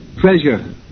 treasure